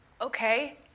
Okay